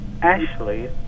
Ashley